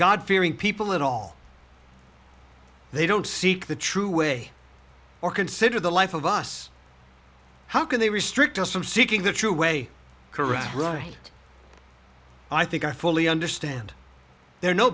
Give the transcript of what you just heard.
god fearing people at all they don't seek the true way or consider the life of us how can they restrict us from seeking the true way correct right i think i fully understand they're no